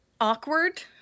awkward